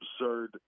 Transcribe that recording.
absurd